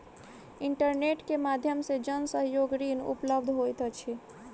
internet के माध्यम से जन सहयोग ऋण उपलब्ध होइत अछि